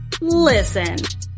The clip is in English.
Listen